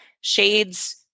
shades